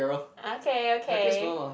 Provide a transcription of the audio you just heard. okay okay